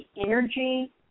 energy